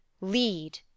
Lead